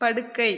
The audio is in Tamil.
படுக்கை